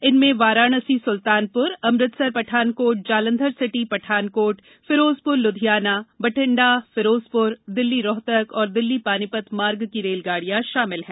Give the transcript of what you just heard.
इनमें वाराणसी सुल्तानपुर अमृतसर पठानकोट जालंधर सिटी पठानकोट फिरोजपुर लुधियाना बठिंडा फिरोजपुर दिल्ली रोहतक और दिल्ली पानीपत मार्ग की रेलगाड़ियां शामिल हैं